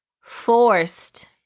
forced